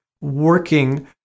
working